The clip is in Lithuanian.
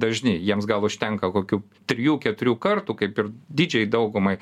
dažni jiems gal užtenka kokių trijų keturių kartų kaip ir didžiajai daugumai